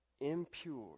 impure